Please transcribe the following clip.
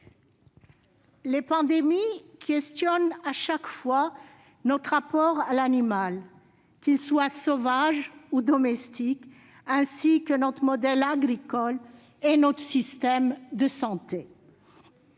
les pandémies questionnent à chaque fois notre rapport à l'animal, qu'il soit sauvage ou domestique, ainsi que notre modèle agricole et notre système de santé.